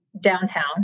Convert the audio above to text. downtown